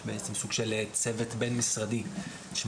יש בעצם סוג של צוות בין משרדי שמפעיל